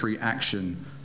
action